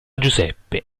giuseppe